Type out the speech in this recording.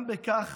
גם בכך